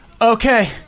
Okay